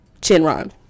Chinron